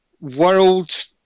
world